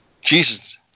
Jesus